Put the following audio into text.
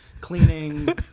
cleaning